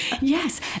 Yes